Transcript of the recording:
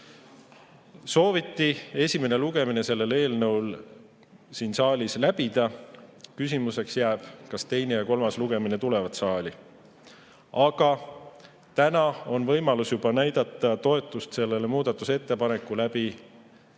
Sooviti esimene lugemine sellel eelnõul siin saalis läbida. Küsimuseks jääb, kas teine ja kolmas lugemine tulevad saali. Aga juba täna on võimalus näidata toetust sellekohasele muudatusettepanekule,